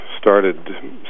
started